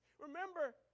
Remember